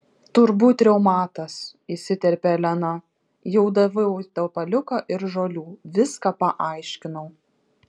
turbūt reumatas įsiterpė elena jau daviau tepaliuko ir žolių viską paaiškinau